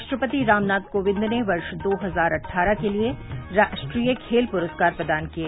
राष्ट्रपति रामनाथ कोविंद ने वर्ष दो हजार अट्ठारह के लिए राष्ट्रीय खेल पुरस्कार प्रदान किए